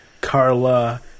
Carla